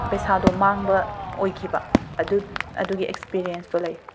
ꯄꯩꯁꯥꯗꯣ ꯃꯥꯡꯕ ꯑꯣꯏꯈꯤꯕ ꯑꯗꯨ ꯑꯗꯨꯒꯤ ꯑ ꯦꯛꯁꯄꯔꯤꯌꯦꯟꯁꯇꯣ ꯂꯩ